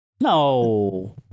No